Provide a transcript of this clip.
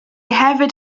hefyd